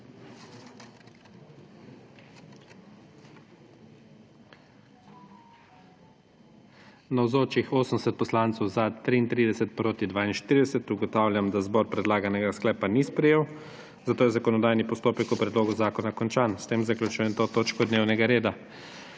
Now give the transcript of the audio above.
42. (Za je glasovalo 33.) (Proti 42.) Ugotavljam, da zbor predlaganega sklepa ni sprejel, zato je zakonodajni postopek o predlogu zakona končan. S tem zaključujem to točko dnevnega reda.